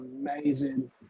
amazing